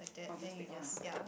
I'll just take one ah